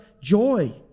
joy